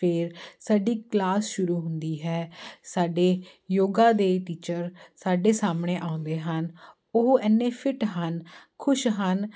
ਫਿਰ ਸਾਡੀ ਕਲਾਸ ਸ਼ੁਰੂ ਹੁੰਦੀ ਹੈ ਸਾਡੇ ਯੋਗਾ ਦੇ ਟੀਚਰ ਸਾਡੇ ਸਾਹਮਣੇ ਆਉਂਦੇ ਹਨ ਉਹ ਇੰਨੇ ਫਿਟ ਹਨ ਖੁਸ਼ ਹਨ